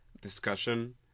discussion